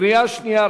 קריאה שנייה,